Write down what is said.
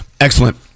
Excellent